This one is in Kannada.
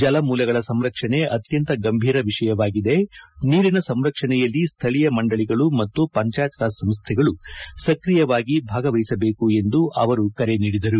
ಜಲಮೂಲಗಳ ಸಂರಕ್ಷಣೆ ಅತ್ಯಂತ ಗಂಭೀರ ವಿಷಯವಾಗಿದೆ ನೀರಿನ ಸಂರಕ್ಷಣೆಯಲ್ಲಿ ಸ್ಥಳೀಯ ಮಂಡಳಿಗಳು ಮತ್ತು ಪಂಚಾಯತ್ರಾಜ್ ಸಂಸ್ದೆಗಳು ಸಕ್ರಿಯವಾಗಿ ಭಾಗವಹಿಸಬೇಕು ಎಂದು ಅವರು ಕರೆ ನೀಡಿದರು